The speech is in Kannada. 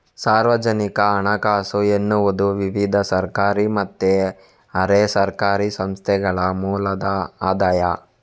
ಸಾರ್ವಜನಿಕ ಹಣಕಾಸು ಎನ್ನುವುದು ವಿವಿಧ ಸರ್ಕಾರಿ ಮತ್ತೆ ಅರೆ ಸರ್ಕಾರಿ ಸಂಸ್ಥೆಗಳ ಮೂಲದ ಆದಾಯ